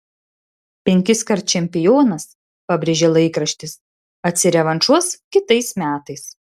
penkiskart čempionas pabrėžė laikraštis atsirevanšuos kitais metais